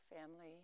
family